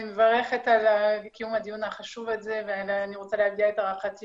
אני מברכת על קיום הדיון החשוב הזה ואני רוצה להביע את הערכתי